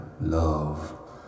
love